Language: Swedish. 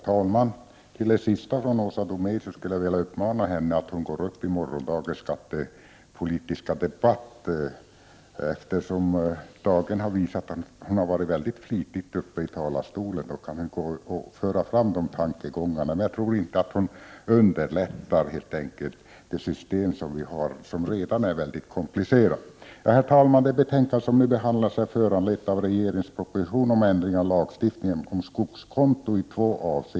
Herr talman! Jag skulle vilja uppmana Åsa Domeij att gå upp i morgondagens skattepolitiska debatt. I dag har hon ju varit mycket flitig i talarstolen. Men jag tror inte att ett förverkligande av hennes tankar skulle förbättra det system som vi har och som redan är mycket komplicerat. Herr talman! Det betänkande som nu behandlas är föranlett av regeringens proposition om ändring i två avseenden av lagstiftningen om skogskonto.